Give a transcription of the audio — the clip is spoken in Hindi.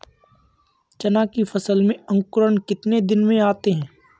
चना की फसल में अंकुरण कितने दिन में आते हैं?